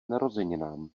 narozeninám